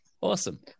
awesome